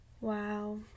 Wow